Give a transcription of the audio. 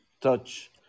touch